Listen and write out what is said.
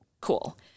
Cool